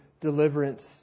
deliverance